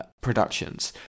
productions